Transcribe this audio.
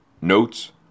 Notes